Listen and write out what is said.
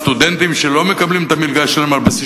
הסטודנטים שלא מקבלים את המלגה שלהם על בסיס